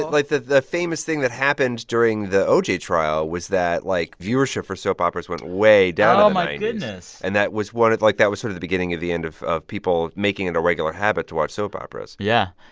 like, the the famous thing that happened during the oj trial was that, like, viewership for soap operas went way down oh, my goodness and that was one of like that was sort of the beginning of the end of of people making it a regular habit to watch soap operas yeah.